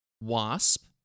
Wasp